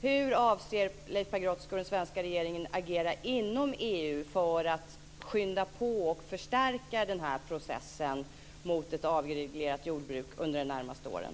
Hur avser Leif Pagrotsky och den svenska regeringen agera inom EU för att skynda på och förstärka den här processen mot ett avreglerat jordbruk under de närmaste åren?